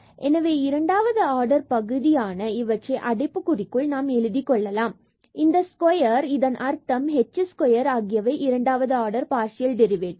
எனவே இரண்டாவது ஆர்டர் பகுதியான இவற்றை அடைப்புக்குறிக்குள் நாம் எழுதிக் கொள்ளலாம் இந்த ஸ்கொயர் இதன் அர்த்தம் h ஸ்கொயர் ஆகியவை இரண்டாவது ஆர்டர் பார்சியல் டெரிவேட்டிவ்